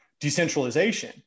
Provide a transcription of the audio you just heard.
decentralization